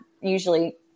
usually